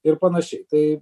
ir panašiai tai